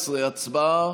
14, הצבעה.